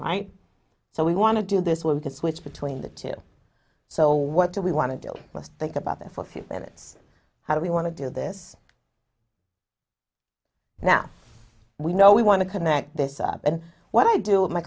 right so we want to do this where we can switch between the two so what do we want to do think about that for a few minutes how do we want to do this now we know we want to connect this up and what i do